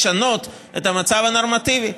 לשנות את המצב הנורמטיבי,